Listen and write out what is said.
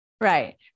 Right